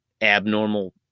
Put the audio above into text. abnormal